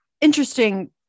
interesting